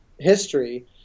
history